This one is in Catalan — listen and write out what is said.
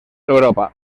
europa